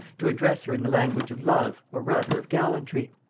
to address her in the language of love, or rather of gallantry.